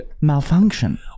malfunction